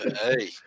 Hey